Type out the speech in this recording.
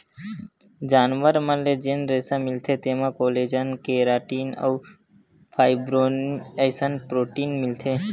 जानवर मन ले जेन रेसा मिलथे तेमा कोलेजन, केराटिन अउ फाइब्रोइन असन प्रोटीन मिलथे